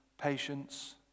patience